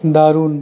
দারুণ